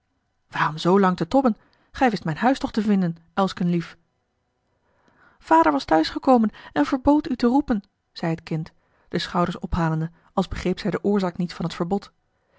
waarom zoolang te tobben gij wist mijn huis toch te vinden elsken lief vader was thuisgekomen en verbood u te roepen zeî het kind de schouders ophalende als begreep zij de oorzaak niet van t verbod